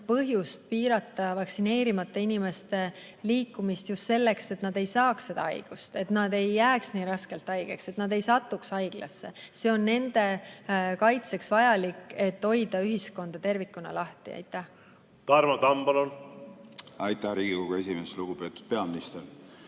põhjust piirata vaktsineerimata inimeste liikumist – just selleks, et nad ei saaks seda haigust, et nad ei jääks nii raskelt haigeks, et nad ei satuks haiglasse. See on nende kaitseks vajalik, et hoida ühiskonda tervikuna lahti. Tarmo Tamm, palun! Tarmo Tamm, palun! Aitäh, Riigikogu esimees! Lugupeetud peaminister!